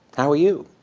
how are you?